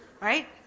right